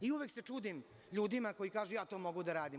I, uvek se čudim ljudima, koji kažu – ja to mogu da radim.